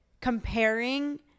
comparing